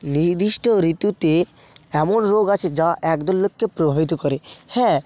নির্দিষ্ট ঋতুতে এমন রোগ আছে যা এক দল লোককে প্রভাবিত করে হ্যাঁ